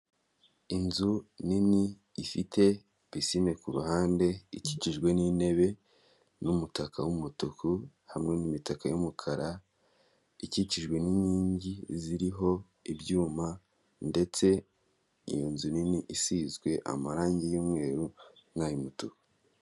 Inzu nini ifite pisine kuruhande, ikikijwe n'intebe, n'umutaka w'umutuku hamwe n'imitaka y'umukara, ikikijwe n'inkingi ziriho ibyuma ndetse iyo nzu nini isizwe amarangi y'umweru n'ay'umutuku.